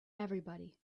everybody